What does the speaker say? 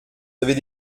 avez